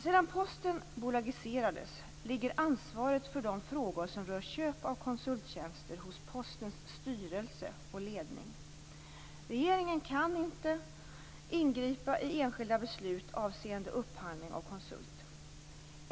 Sedan Posten bolagiserades ligger ansvaret för de frågor som rör köp av konsulttjänster hos Postens styrelse och ledning. Regeringen kan inte ingripa i enskilda beslut avseende upphandling av konsult.